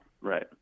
Right